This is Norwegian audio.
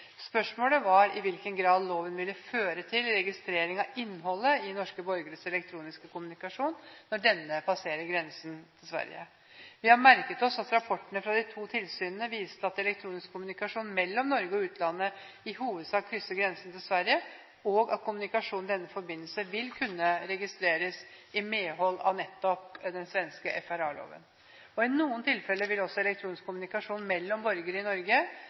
Spørsmålet var i hvilken grad loven ville føre til registrering av innholdet i norske borgeres elektroniske kommunikasjon når denne passerer grensen til Sverige. Vi har merket oss at rapportene fra de to tilsynene viste at elektronisk kommunikasjon mellom Norge og utlandet i hovedsak krysser grensen til Sverige, og at kommunikasjonen i denne forbindelse vil kunne registreres i medhold av nettopp den svenske FRA-loven. I noen tilfeller vil også elektronisk kommunikasjon mellom borgere i Norge